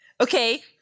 Okay